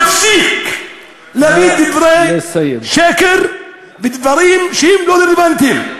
תפסיק להגיד דברי שקר ודברים שהם לא רלוונטיים.